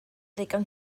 ddigon